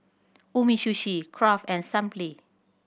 Umisushi Kraft and Sunplay